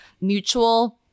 mutual